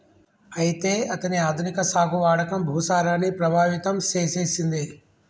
అయితే అతని ఆధునిక సాగు వాడకం భూసారాన్ని ప్రభావితం సేసెసింది